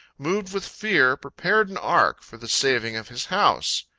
moved with fear, prepared an ark for the saving of his house.